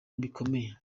bikomeye